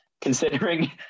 considering